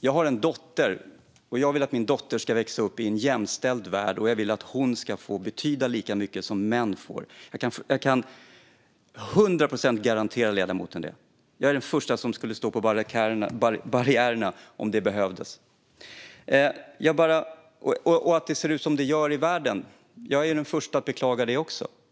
Jag har en dotter, och jag kan försäkra ledamoten om att jag vill att min dotter ska växa upp i en jämställd värld och att hon ska betyda lika mycket som män. Det kan jag garantera ledamoten, till 100 procent. Jag är den första som skulle stå på barrikaderna om det behövdes. Att det ser ut som det gör i världen är jag också den första att beklaga.